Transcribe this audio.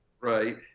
right